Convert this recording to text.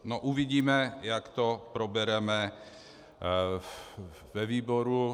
No, uvidíme, jak to probereme ve výboru.